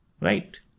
right